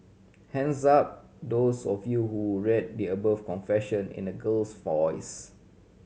hands up those of you who read the above confession in a girl's voice